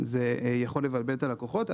זה יכול לבלבל את הלקוחות,